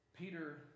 Peter